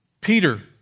Peter